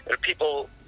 People